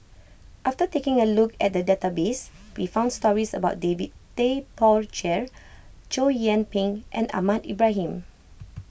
after taking a look at the database we found stories about David Tay Poey Cher Chow Yian Ping and Ahmad Ibrahim